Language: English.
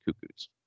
Cuckoos